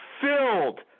filled